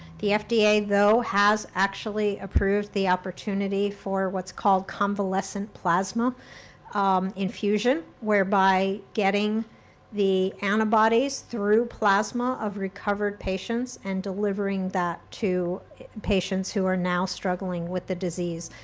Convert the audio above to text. the fda though has actually approved the opportunity for what's called convalescent plasma infusion, whereby getting the antibodies through plasma of recovered patients, and delivering that to patients who are now struggling with the disease.